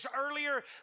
earlier